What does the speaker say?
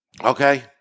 okay